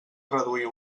reduir